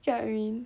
get what I mean